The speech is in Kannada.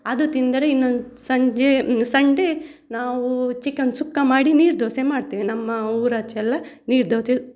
ಅದು ತಿಂದರೆ ಇನ್ನು ಸಂಜೆ ಸಂಡೇ ನಾವು ಚಿಕನ್ ಸುಕ್ಕ ಮಾಡಿ ನೀರುದೋಸೆ ಮಾಡ್ತೇವೆ ನಮ್ಮ ಊರಾಚೆ ಎಲ್ಲ ನೀರ್ದೋಸೆ